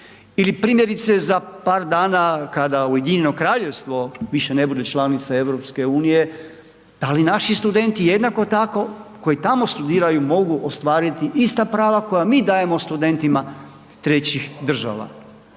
ili primjerice za par dana kada Ujedinjeno Kraljevstvo više ne bude članica EU, da li naši studenti jednako tako koji tamo studiraju mogu ostvariti ista prava koja mi dajemo studentima trećih država.